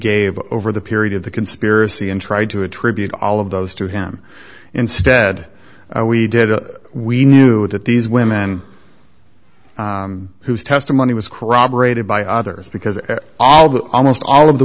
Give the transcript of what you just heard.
gave over the period of the conspiracy and tried to attribute all of those to him instead we did a we knew it at these women whose testimony was corroborated by others because all the almost all of the